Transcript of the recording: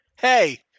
hey